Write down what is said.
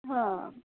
ହଁ